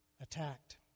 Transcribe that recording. attacked